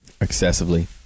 Excessively